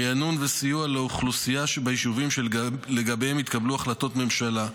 ריענון וסיוע לאוכלוסייה ביישובים שלגביהם התקבלו החלטות ממשלה.